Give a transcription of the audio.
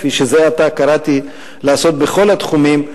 כפי שזה עתה קראתי לעשות בכל התחומים,